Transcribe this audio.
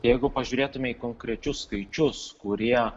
jeigu pažiūrėtume į konkrečius skaičius kurie